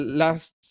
last